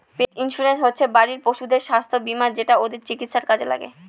পেট insurance হচ্ছে বাড়ির পশুপাখিদের স্বাস্থ্য বীমা যেটা ওদের চিকিৎসার কাজে লাগে